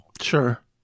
Sure